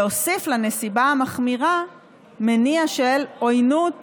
להוסיף לנסיבה המחמירה מניע של עוינות